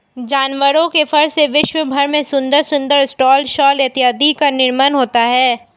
जानवरों के फर से विश्व भर में सुंदर सुंदर स्टॉल शॉल इत्यादि का निर्माण होता है